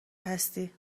هستی